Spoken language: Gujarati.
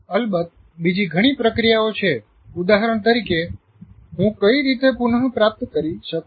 અલબત્ત બીજી ઘણી પ્રક્રિયાઓ છે ઉદાહરણ તરીકે 'હું કઈ રીતે કઈ રીતે પુન પ્રાપ્ત કરી શકું